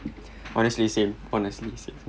honestly say honestly say